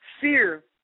Fear